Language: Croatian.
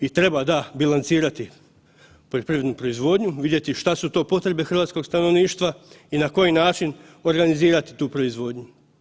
I treba, da bilancirati poljoprivrednu proizvodnju, vidjeti što su to potrebe hrvatskog stanovništva i na koji način organizirati tu proizvodnju.